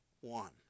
one